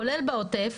כולל בעוטף,